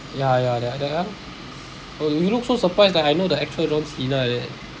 ya ya that that guy lah oh you look so surprised like I know the actual john cena like that